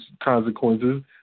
consequences